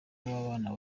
w’abana